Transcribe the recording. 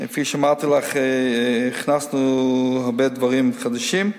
כפי שאמרתי לך, הכנסנו הרבה דברים חדשים,